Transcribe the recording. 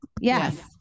yes